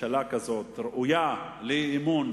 ממשלה כזאת ראויה לאי-אמון,